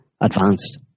advanced